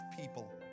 people